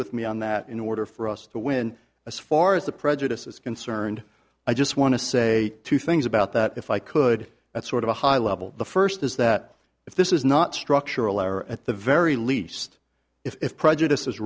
with me on that in order for us to win as far as the prejudice is concerned i just want to say two things about that if i could that sort of a high level the first is that if this is not structural or at the very least if prejudice